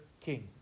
king